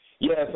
Yes